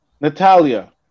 Natalia